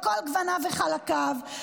על כל גווניו וחלקיו,